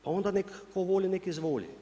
Pa onda neka tko voli neka izvoli.